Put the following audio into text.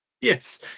Yes